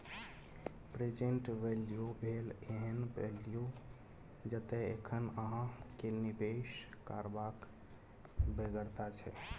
present value भेल एहन value जतय एखन अहाँ केँ निबेश करबाक बेगरता छै